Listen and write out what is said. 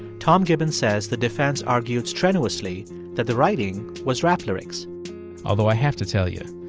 tom gibbons says the defense argued strenuously that the writing was rap lyrics although, i have to tell you.